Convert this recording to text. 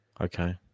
Okay